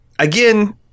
Again